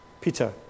Peter